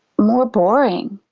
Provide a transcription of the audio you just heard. more boring.